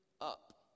up